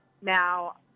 Now